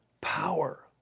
power